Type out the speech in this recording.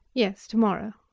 yes, to-morrow.